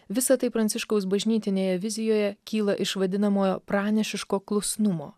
visa tai pranciškaus bažnytinėje vizijoje kyla iš vadinamojo pranašiško klusnumo